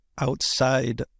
outside